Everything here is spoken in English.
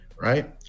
right